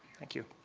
thank you.